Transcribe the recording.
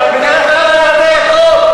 בגלל אנשים כמוך,